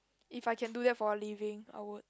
if I can do that for a living I would